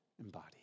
embodied